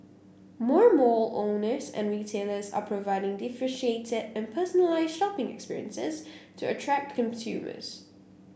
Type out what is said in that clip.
more mall owners and retailers are providing differentiated and personalised shopping experiences to attract consumers